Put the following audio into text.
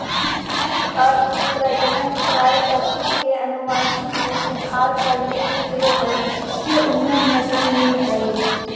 सीमित अर्थ में प्रजनन प्रायः पशु के अनुवांशिक मे सुधार करने से हई जिससे उन्नत नस्ल मिल हई